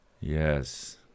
Yes